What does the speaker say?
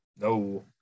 No